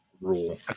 rule